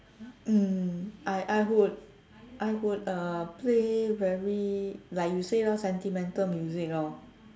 mm I I would I would uh play very like you say lor sentimental music lor